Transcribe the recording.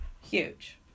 huge